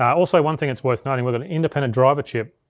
also one thing it's worth noting, with an independent driver chip,